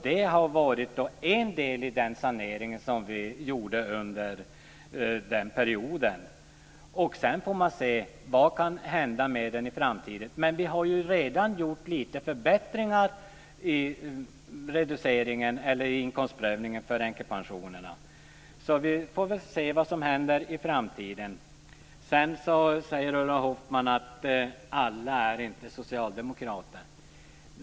Det har varit en del i den sanering som vi genomförde under den perioden, och sedan får man se vad som kan hända med den i framtiden. Vi har redan gjort lite förbättringar i inkomstprövningen för änkepensionerna. Vi får väl se vad som händer i framtiden. Ulla Hoffmann säger att alla inte är socialdemokrater.